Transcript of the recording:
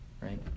right